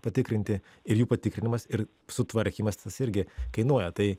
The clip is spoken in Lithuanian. patikrinti ir jų patikrinimas ir sutvarkymas tas irgi kainuoja tai